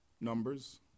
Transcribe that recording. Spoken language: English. Numbers